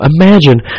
Imagine